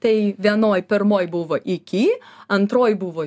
tai vienoj pirmoj buvo iki antroj buvo